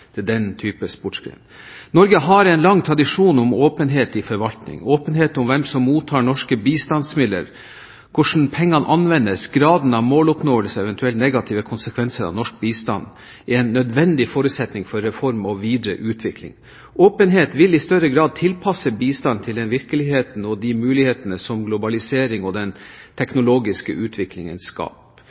til den type sportsgren. Norge har en lang tradisjon for åpenhet i forvaltningen. Åpenhet om hvem som mottar norske bistandsmidler, hvordan pengene anvendes, graden av måloppnåelse og eventuelle negative konsekvenser av norsk bistand er en nødvendig forutsetning for reform og videre utvikling. Åpenhet vil i større grad tilpasse bistanden til den virkeligheten og de mulighetene som globaliseringen og den teknologiske utviklingen skaper.